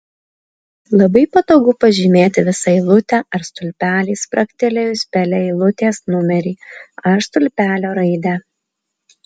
labai patogu pažymėti visą eilutę ar stulpelį spragtelėjus pele eilutės numerį ar stulpelio raidę